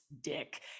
dick